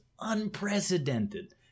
unprecedented